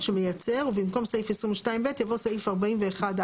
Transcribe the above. שמייצר" ובמקום "סעיף 22(ב)" יבוא "סעיף 41(א2)(1)";